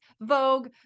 Vogue